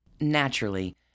Naturally